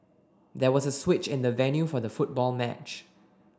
there was a switch in the venue for the football match